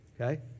okay